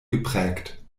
geprägt